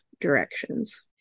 directions